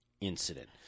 incident